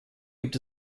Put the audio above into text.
gibt